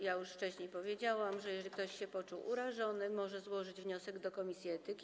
Ja już wcześniej powiedziałam, że jeżeli ktoś się poczuł urażony, może złożyć wniosek do komisji etyki.